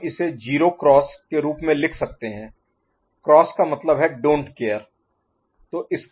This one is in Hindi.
हम इसे 0 क्रॉस cross X के रूप में लिख सकते हैं क्रॉस का मतलब डोंट केयर Don't Care है